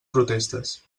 protestes